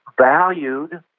valued